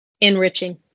Enriching